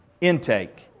intake